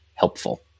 helpful